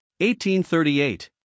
1838